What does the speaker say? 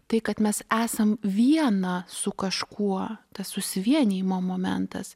tai kad mes esam viena su kažkuo tas susivienijimo momentas